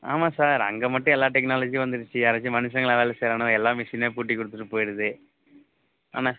ஆமாம் சார் அங்கே மட்டும் எல்லா டெக்னாலஜியும் வந்துருச்சு யாராச்சும் மனுஷங்களா வேலை செய்யறானுவோ எல்லாம் மிஷினே பூட்டி கொடுத்துட்டு போய்டுது ஆனால்